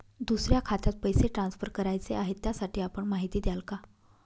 दुसऱ्या खात्यात पैसे ट्रान्सफर करायचे आहेत, त्यासाठी आपण माहिती द्याल का?